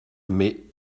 mais